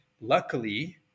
luckily